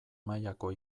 mailako